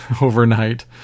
overnight